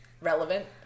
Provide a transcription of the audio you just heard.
relevant